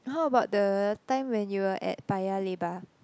how about the time when you were at Paya-Lebar